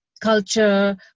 culture